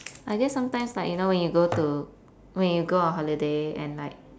I guess sometimes like you know when you go to when you go on holiday and like